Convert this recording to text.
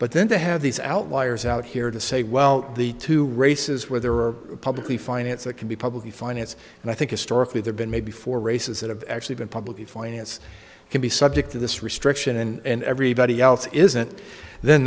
but then to have these outliers out here to say well the two races where there are publicly financed that can be publicly financed and i think historically there been maybe four races that have actually been publicly financed can be subject to this restriction and everybody else isn't then